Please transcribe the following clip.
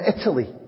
Italy